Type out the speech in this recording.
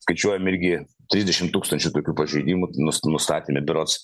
skaičiuojam irgi trisdešim tūkstančių tokių pažeidimų nus nustatėme berods